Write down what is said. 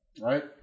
Right